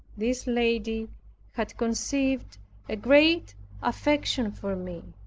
this lady had conceived a great affection for me.